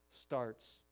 starts